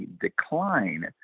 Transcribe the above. decline